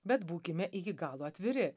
bet būkime iki galo atviri